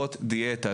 הפחות דיאטה,